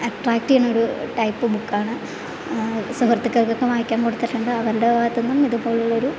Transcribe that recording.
attract ചെയ്യണൊരു type ബുക്കാണ് സുഹൃത്തുക്കൾക്കൊക്കെ വായിക്കാൻ കൊടുത്തിട്ടുണ്ട് അവരുടെ ഭാഗത്തു നിന്നും ഇതുപോലുള്ളൊരു